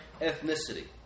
ethnicity